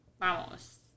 Vamos